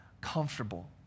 comfortable